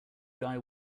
guy